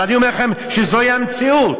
אבל אני אומר לכם שזוהי המציאות.